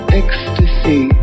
ecstasy